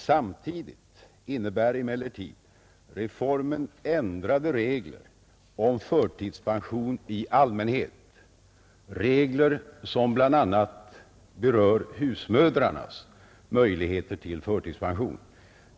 Samtidigt innebär emellertid reformen ändrade regler om förtidspension i allmänhet, regler som bl.a. berör husmödrarnas möjligheter till förtidspension.